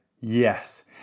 yes